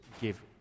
give